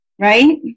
Right